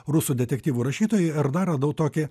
rusų detektyvų rašytojai ir dar radau tokį